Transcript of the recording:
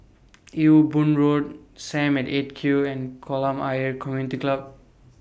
Ewe Boon Road SAM At eight Q and Kolam Ayer Community Club